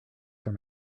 from